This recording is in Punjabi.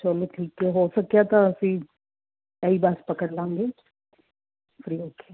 ਚਲੋ ਠੀਕ ਆ ਹੋ ਸਕਿਆ ਤਾਂ ਅਸੀਂ ਆਹੀ ਬੱਸ ਪਕੜ ਲਾਂਗੇ ਫਰੀ ਹੋ ਕੇ